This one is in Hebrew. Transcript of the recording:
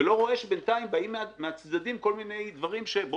ולא רואה שבינתיים באים מהצדדים כל מיני דברים שהם בולדרים,